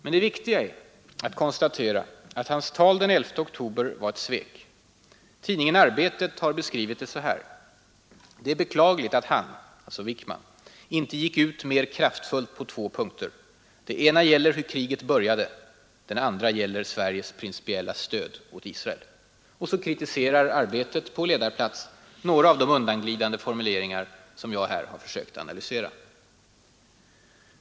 Men det viktiga är att konstatera att hans tal den 11 oktober var ett svek. Tidningen Arbetet har beskrivit det så här: ”Det är beklagligt att han inte gick ut mer kraftfullt på två punkter. Den ena gäller hur kriget började, den andra gäller Sveriges principiella stöd åt Israel.” Och så kritiserar Arbetet på ledarplats några av de undanglidande formuleringar som jag här har försökt analysera.